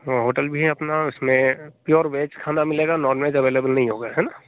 hotel भी है अपना उसमें प्योर वेज खाना मिलेगा नॉन वेज अवेलेबल नहीं होगा है ना